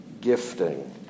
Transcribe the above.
gifting